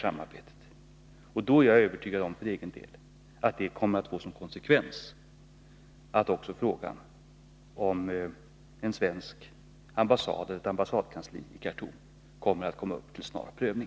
För egen del är jag övertygad om att detta kommer att få den konsekvensen att också frågan om en svensk ambassad eller ett svenskt ambassadkansli i Khartoum kommer upp till snar prövning.